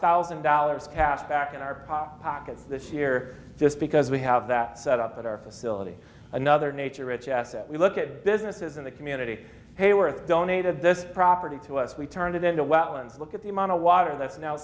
thousand dollars cash back in our pockets this year just because we have that set up at our facility another nature rich asset we look at businesses in the community hayworth donated this property to us we turned it into wetlands look at the amount of water